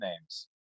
names